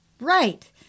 right